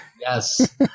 Yes